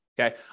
Okay